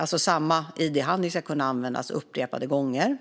alltså samma id-handling, ska kunna användas upprepade gånger.